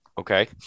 Okay